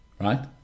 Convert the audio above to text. Right